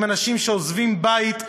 עם אנשים שעוזבים בית,